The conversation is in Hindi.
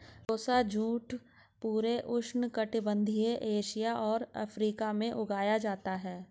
टोसा जूट पूरे उष्णकटिबंधीय एशिया और अफ्रीका में उगाया जाता है